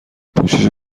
پوشش